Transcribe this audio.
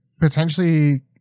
potentially